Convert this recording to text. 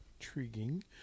intriguing